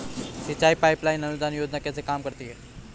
सिंचाई pipeline अनुदान योजना कैसे काम करती है?